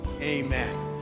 Amen